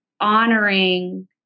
honoring